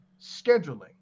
scheduling